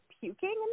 puking